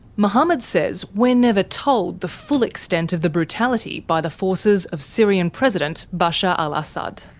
mohammed says we're never told the full extent of the brutality by the forces of syrian president bashar al-assad.